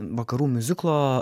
vakarų miuziklo